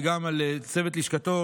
וגם לצוות לשכתו,